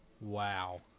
Wow